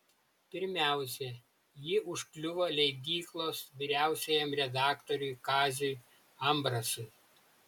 pirmiausia ji užkliuvo leidyklos vyriausiajam redaktoriui kaziui ambrasui